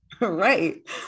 right